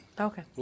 Okay